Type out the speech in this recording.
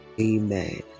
Amen